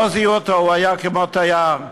לא זיהו אותו, הוא היה כמו תייר.